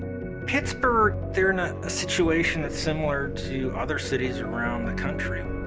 pittsburgh, they're in a ah situation that's similar to other cities around the country.